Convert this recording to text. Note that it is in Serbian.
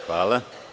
Hvala.